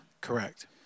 Correct